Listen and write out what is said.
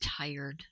tired